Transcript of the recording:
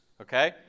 okay